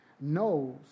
knows